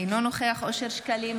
אינו נוכח אושר שקלים,